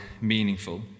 meaningful